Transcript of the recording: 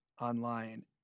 online